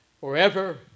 Forever